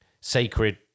sacred